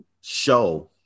show